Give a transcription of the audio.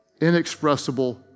inexpressible